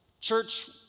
church